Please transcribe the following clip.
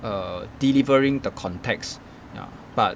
err delivering the context ya but